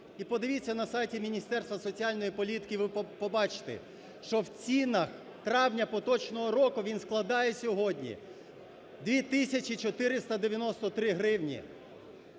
і подивіться на сайті Міністерства соціальної політики, ви побачите, що в цінах травня поточного року він складає сьогодні 2 тисячі 493 гривні.